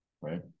right